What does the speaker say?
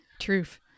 Truth